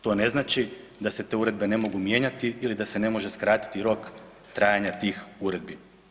To ne znači da se te uredbe ne mogu mijenjati ili da se ne može skratiti rok trajanja tih uredbi.